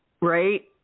Right